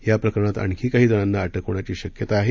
या प्रकरणात आणखी काही जणांना अटक होण्याची शक्यता आहे